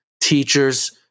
teachers